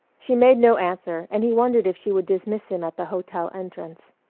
she made no answer and he wondered if she would dismiss him at the hotel entrance.